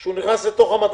שהוא עלה מדרגה.